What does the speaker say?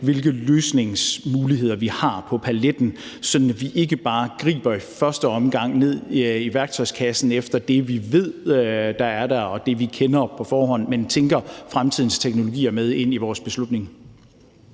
hvilke løsningsmuligheder vi har på paletten, sådan at vi ikke bare i første omgang griber ned i værktøjskassen efter det, vi ved der er der, og det, vi kender på forhånd, men tænker fremtidens teknologier med ind i vores beslutning.